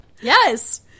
Yes